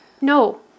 No